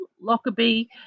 Lockerbie